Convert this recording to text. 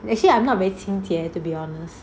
actually I'm not very 清洁 to be honest